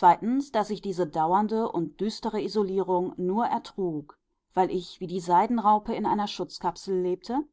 daß ich diese dauernde und düstere isolierung nur ertrug weil ich wie die seidenraupe in einer schutzkapsel lebte